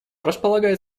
располагает